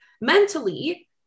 mentally